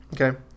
Okay